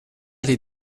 les